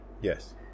Yes